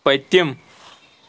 پٔتِم